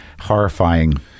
horrifying